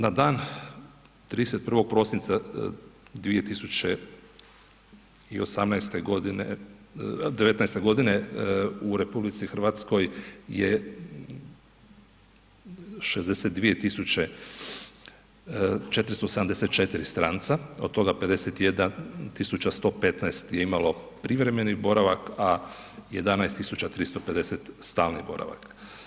Na dan 31. prosinca 2018.g., '19.-te godine u RH je 62474 stranca, od toga 51115 je imalo privremeni boravak, a 11350 stalni boravak.